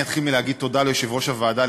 אני אתחיל בלהגיד תודה ליושב-ראש הוועדה,